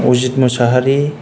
Ajit Mushahary